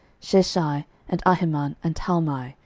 sheshai, and ahiman, and talmai,